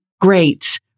great